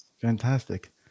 Fantastic